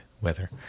weather